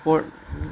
അപ്പോൾ